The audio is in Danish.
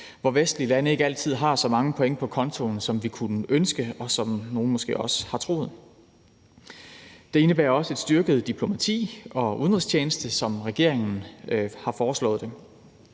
hvor vestlige lande ikke altid har så mange point på kontoen, som vi kunne ønske, og som nogle måske også har troet. Det indebærer også et styrket diplomati og en styrket udenrigstjeneste, som regeringen har foreslået det,